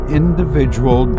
individual